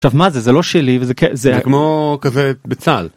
מה זה זה לא שלי וזה כזה כמו כזה בצהל.